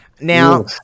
Now